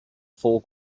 four